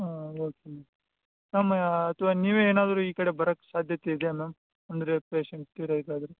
ಹಾಂ okay ma'am ma'am ಅಥವಾ ನೀವೇ ಏನಾದರು ಈ ಕಡೆ ಬರಕ್ಕೆ ಸಾಧ್ಯತೆ ಇದೆಯಾ ಮ್ಯಾಮ್ ಅಂದರೆ ಪೇಶಂಟ್ ತೀರ ಇದಾದರೆ